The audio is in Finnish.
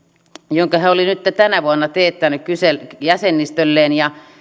jonka se oli nyt tänä vuonna teettänyt jäsenistölleen ja